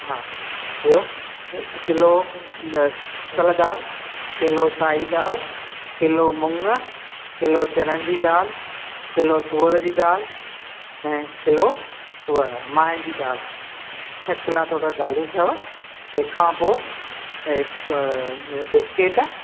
हा ॿियो किलो धोतल दाल किलो साई दाल किलो मुङ किलो चणनि जी दाल किलो थूअर जी दाल ऐं किलो उहा मांहि जी दाल छह किला टोटल दालियूं अथव तंहिंखां पोइ हिकु बिस्केट